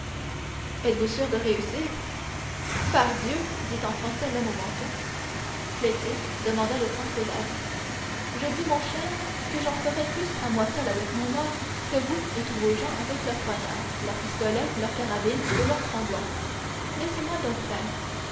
êtes-vous sûr de réussir pardieu dit en français l'homme au manteau plaît-il demanda le transtévère je dis mon cher que j'en ferai plus à moi seul avec mon or que vous et tous vos gens avec leurs poignards leurs pistolets leurs carabines et leurs tromblons laissez-moi donc faire